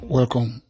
Welcome